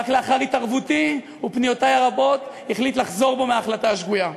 רק לאחר התערבותי ופניותי הרבות החליט לחזור בו מההחלטה השגויה.